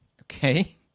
Okay